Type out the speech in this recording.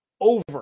over